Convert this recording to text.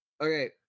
okay